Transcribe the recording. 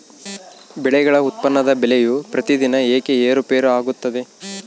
ಬೆಳೆಗಳ ಉತ್ಪನ್ನದ ಬೆಲೆಯು ಪ್ರತಿದಿನ ಏಕೆ ಏರುಪೇರು ಆಗುತ್ತದೆ?